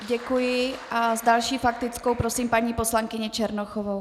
Děkuji a s další faktickou prosím paní poslankyni Černochovou.